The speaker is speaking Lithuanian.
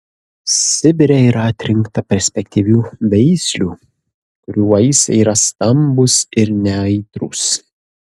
sibire yra atrinkta perspektyvių veislių kurių vaisiai yra stambūs ir neaitrūs